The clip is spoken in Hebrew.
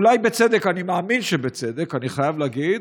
אולי בצדק, אני מאמין שבצדק, אני חייב להגיד: